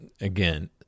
again